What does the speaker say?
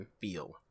feel